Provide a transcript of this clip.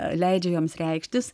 leidžia joms reikštis